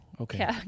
Okay